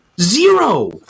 Zero